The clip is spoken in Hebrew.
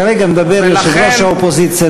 כרגע מדבר יושב-ראש האופוזיציה.